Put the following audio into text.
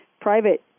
private